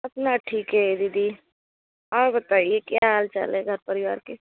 अपना ठीक है दीदी और बताइए क्या हाल चाल है घर परिवार के